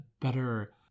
better